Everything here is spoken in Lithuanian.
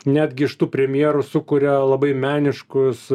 netgi iš tų premjerų sukuria labai meniškus